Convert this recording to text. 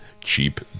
cheap